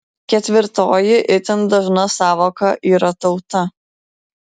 ketvirtoji itin dažna sąvoka yra tauta